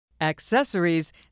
Accessories